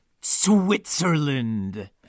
Switzerland